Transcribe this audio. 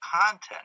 content